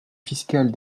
fiscales